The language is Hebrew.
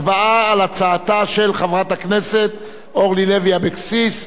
הצבעה על הצעתה של חברת הכנסת אורלי לוי אבקסיס,